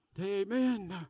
Amen